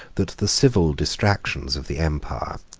that the civil distractions of the empire,